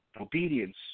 obedience